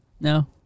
No